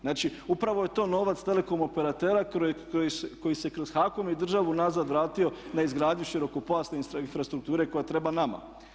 Znači, upravo je to novac telekom operatera koji se kroz HAKOM i državu nazad vratio na izgradnju širokopojasne infrastrukture koja treba nama.